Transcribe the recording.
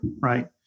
right